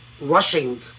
rushing